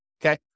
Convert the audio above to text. Okay